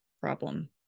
problem